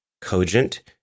cogent